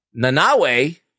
Nanawe